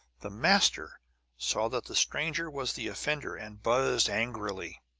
the master saw that the stranger was the offender, and buzzed angrily.